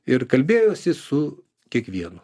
ir kalbėjosi su kiekvienu